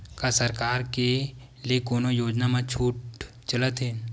का सरकार के ले कोनो योजना म छुट चलत हे?